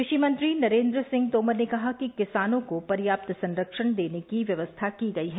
कृषि मंत्री नरेन्द्र सिंह तोमर ने कहा कि किसानों को पर्याप्त संरक्षण देने की व्यवस्था की गई है